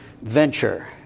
venture